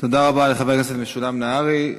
תודה רבה לחבר הכנסת משולם נהרי.